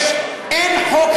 אין חוק,